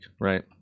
right